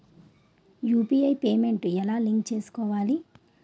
UPI payment ఎలా link చేసుకోవాలి?